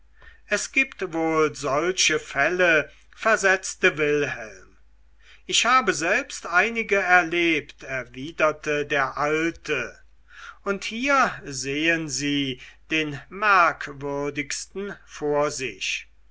es gibt wohl solche fälle versetzte wilhelm ich habe selbst einige erlebt erwiderte der alte und hier sehen sie den merkwürdigsten vor sich